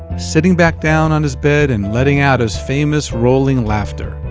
sitting back down on his bed and letting out his famous rolling laughter